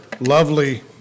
lovely